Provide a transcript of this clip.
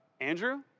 Andrew